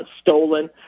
stolen